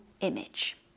image